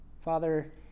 Father